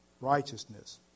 righteousness